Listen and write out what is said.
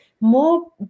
more